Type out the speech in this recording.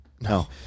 No